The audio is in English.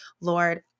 Lord